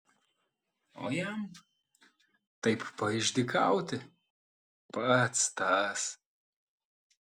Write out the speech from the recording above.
o jam taip paišdykauti pats tas